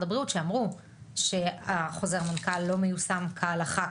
הבריאות שאמרו שהחוזר מנכ"ל לא מיושם כהלכה,